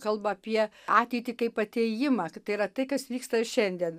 kalba apie ateitį kaip atėjimą tai yra tai kas vyksta šiandien